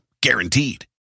Guaranteed